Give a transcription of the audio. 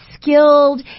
skilled